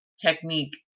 technique